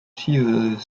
suivent